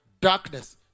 Darkness